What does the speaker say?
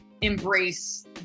embrace